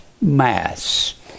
Mass